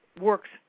works